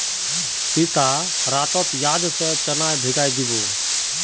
सीता रातोत याद से चना भिगइ दी बो